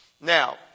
Now